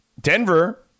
Denver